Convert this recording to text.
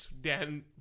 Dan